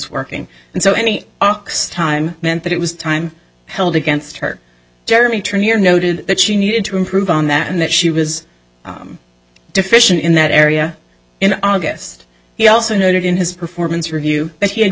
working and so any ox time meant that it was time held against her jeremy turn here noted that she needed to improve on that and that she was deficient in that area in august he also noted in his performance review